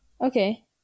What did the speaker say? Okay